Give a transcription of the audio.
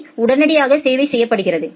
க்கு உடனடியாக சேவை செய்யப்படுகிறது